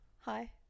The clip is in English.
Hi